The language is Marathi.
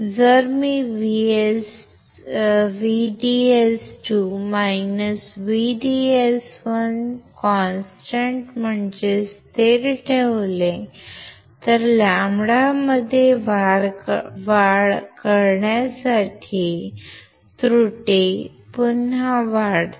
जर मी VDS2 VDS1 स्थिर ठेवले तर λ मध्ये वाढ करण्यासाठी त्रुटी पुन्हा वाढते